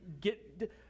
get